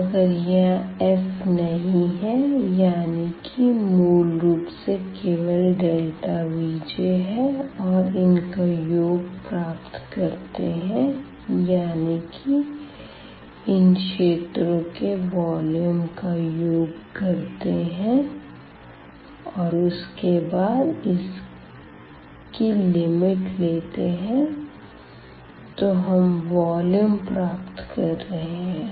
अगर यहां f नहीं है यानी कि मूल रूप से केवल Vj है और इनका योग प्राप्त करते है यानी कि इन क्षेत्रों के वॉल्यूम का योग करते हैं और उसके बाद इसकी लिमिट लेते हैं तो हम वॉल्यूम प्राप्त कर रहे है